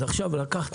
אז עכשיו אתם לוקחים